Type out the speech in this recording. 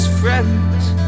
friends